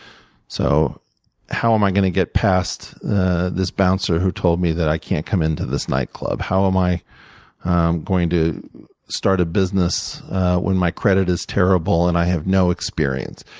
so how am i gonna get past this bouncer who told me that i can't come into this nightclub? how am i going to start a business when my credit is terrible and i have no experience?